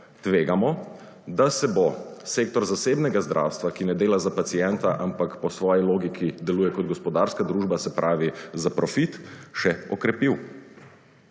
tvegamo, da se bo sektor zasebnega zdravstva, ki ne dela za pacienta, ampak po svoji logiki deluje kot gospodarska družba, se pravi, za profit, še okrepil.